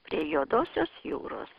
prie juodosios jūros